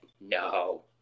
No